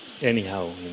anyhow